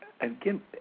Again